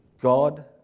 God